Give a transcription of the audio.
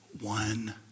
one